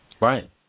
Right